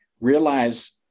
realize